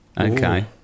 Okay